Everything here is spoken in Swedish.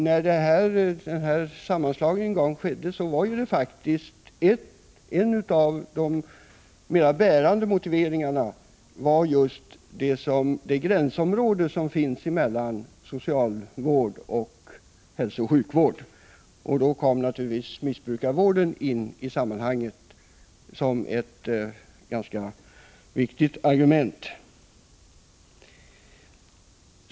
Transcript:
När den här sammanslagningen en gång skedde var faktiskt en av de mera bärande motiveringarna just att det finns ett gränsområde mellan socialvård och hälsooch sjukvård, och då kom naturligtvis missbrukarvården in i sammanhanget som ett ganska viktigt argument.